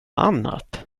annat